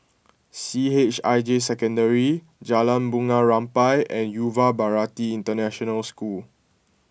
C H I J Secondary Jalan Bunga Rampai and Yuva Bharati International School